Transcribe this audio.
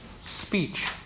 speech